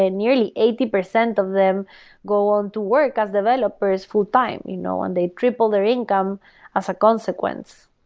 ah nearly eighty percent of them go on to work as developers full-time you know and they triple their income as a consequence.